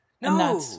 no